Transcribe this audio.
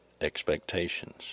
expectations